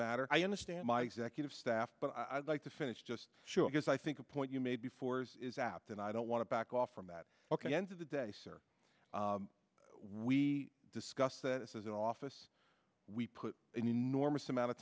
matter i understand my executive staff but i'd like to finish just sure because i think a point you made before is apt and i don't want to back off from that ok end of the day sir we discuss that this is an office we put an enormous amount of